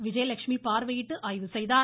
விஜயலெட்சுமி பார்வையிட்டு ஆய்வு செய்தார்